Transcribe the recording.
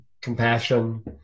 compassion